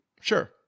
Sure